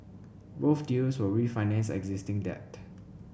both deals will refinance existing debt